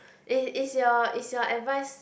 is is your is your advice